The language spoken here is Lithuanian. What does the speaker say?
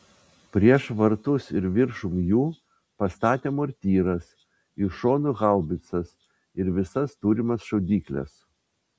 prieš vartus ir viršum jų pastatė mortyras iš šonų haubicas ir visas turimas šaudykles